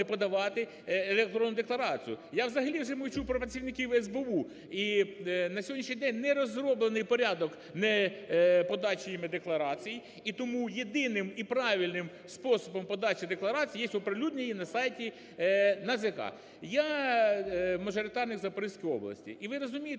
подавати електронну декларацію, я взагалі вже мовчу про працівників СБУ. І на сьогоднішній день не розроблений порядок подачі ними декларацій, і тому єдиним, і правильним способом подачі декларації є оприлюднення її на сайті НАЗК. Я – мажоритарник Запорізької області, і ви розумієте,